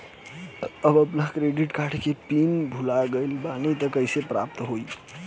हम आपन credit card के पिन भुला गइल बानी त कइसे प्राप्त होई?